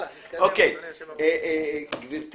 דבר ראשון,